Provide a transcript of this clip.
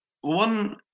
one